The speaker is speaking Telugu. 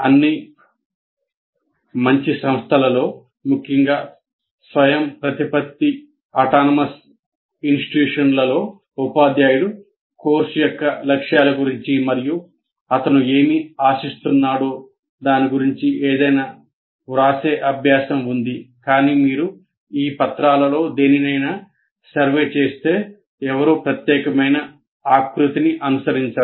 అన్ని మంచి సంస్థలలో ముఖ్యంగా స్వయంప్రతిపత్త సంస్థలలో ఉపాధ్యాయుడు కోర్సు యొక్క లక్ష్యాల గురించి మరియు అతను ఏమి ఆశిస్తున్నాడో దాని గురించి ఏదైనా వ్రాసే అభ్యాసం ఉంది కానీ మీరు ఈ పత్రాలలో దేనినైనా సర్వే చేస్తే ఎవరూ ప్రత్యేకమైన ఆకృతిని అనుసరించరు